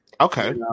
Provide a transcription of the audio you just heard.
Okay